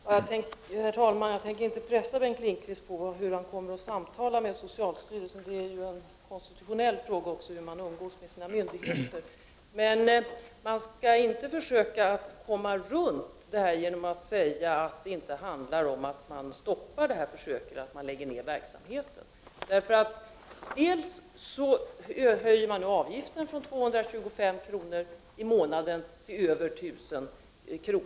Herr talman! Jag tänker inte pressa Bengt Lindqvist på ett besked om hur han kommer att samtala med socialstyrelsen. Hur regeringen umgås med sina myndigheter är också en konstitutionell fråga. Men statsrådet skall inte försöka att komma runt detta genom att säga att det inte handlar om att stoppa detta försök och lägga ner verksamheten. Man höjer nu avgiften från 225 kr. i månaden till över 1 000 kr.